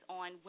on